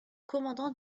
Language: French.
commandant